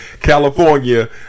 California